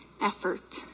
effort